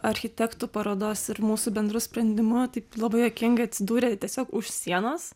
architektų parodos ir mūsų bendru sprendimu taip labai juokingai atsidūrė tiesiog už sienos